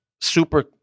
super